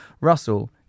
Russell